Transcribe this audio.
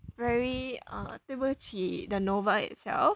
very 对不起 the novel itself